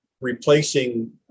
replacing